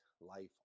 life